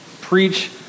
preach